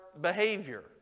behavior